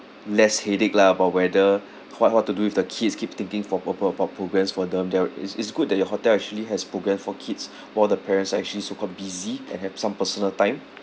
less headache lah about whether what what to do with the kids keep thinking for proper pro~ programmes for them there it's it's good that your hotel actually has programme for kids for the parents actually also quite busy and have some personal time